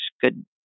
good